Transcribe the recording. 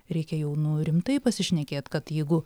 reikia jau nu rimtai pasišnekėt kad jeigu